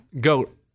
goat